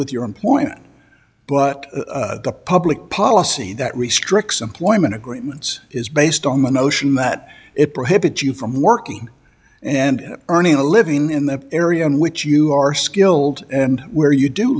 with your employer but the public policy that restricts employment agreements is based on the notion that it prohibits you from working and earning a living in the area in which you are skilled and where you do